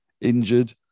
injured